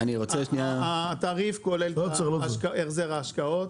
התעריף כולל את החזר ההשקעות.